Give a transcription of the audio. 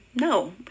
No